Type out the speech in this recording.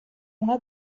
una